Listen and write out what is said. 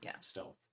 stealth